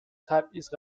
تبعیض